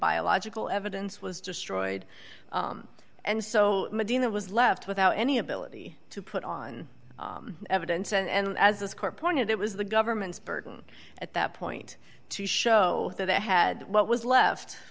biological evidence was destroyed and so that was left without any ability to put on evidence and as this court pointed it was the government's burden at that point to show that it had what was left